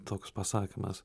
toks pasakymas